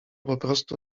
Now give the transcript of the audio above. poprostu